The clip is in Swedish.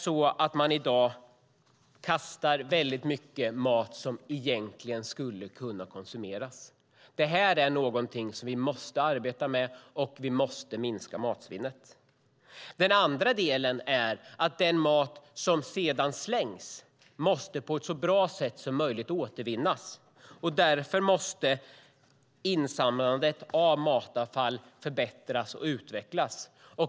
I dag kastas mycket mat som skulle kunna konsumeras. Detta måste vi arbeta med, och vi måste minska matsvinnet. Dessutom måste den mat som ändå slängs återvinnas på ett så bra sätt som möjligt. Därför måste insamlandet av matavfall förbättras och utvecklas.